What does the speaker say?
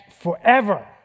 forever